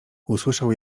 usłyszał